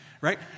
Right